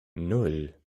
nan